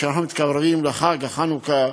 כשאנחנו מתקרבים לחג החנוכה,